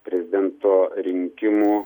prezidento rinkimų